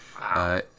Wow